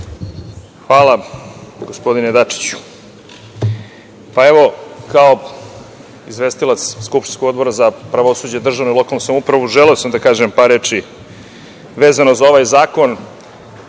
Hvala gospodine Dačiću. Kao izvestilac skupštinskog Odbora za pravosuđe, državnu i lokalnu samoupravu, želeo sam da kažem par reči vezano za ovaj zakon.